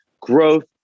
growth